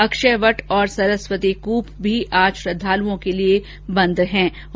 अक्षयवट और सरस्वती कूप भी आज श्रद्दालुओं के लिए बंद रहेंगे